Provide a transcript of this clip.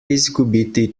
izgubiti